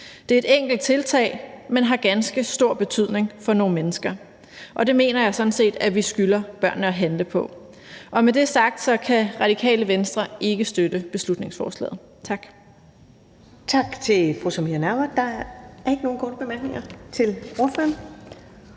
Det er et enkelt tiltag, men det har ganske stor betydning for nogle mennesker, og det mener jeg sådan set at vi skylder børnene at handle på. Med det sagt kan Radikale Venstre ikke støtte beslutningsforslaget. Tak.